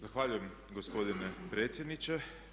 Zahvaljujem gospodine predsjedniče.